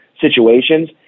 situations